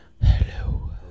Hello